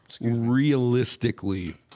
realistically